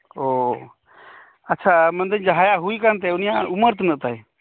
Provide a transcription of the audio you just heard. ᱚᱻ ᱟᱪ ᱪᱷᱟ ᱢᱮᱱ ᱫᱟᱹᱧ ᱡᱟᱦᱟᱸᱭᱟᱜ ᱦᱩᱭ ᱠᱟᱱ ᱛᱟᱭᱟ ᱩᱱᱤᱭᱟᱜ ᱩᱢᱟᱹᱨ ᱛᱤᱱᱟᱹᱜ ᱛᱟᱭ